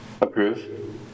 Approve